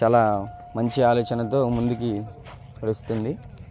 చాలా మంచి ఆలోచనతో ముందుకి నడుస్తుంది